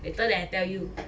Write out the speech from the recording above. later then I tell you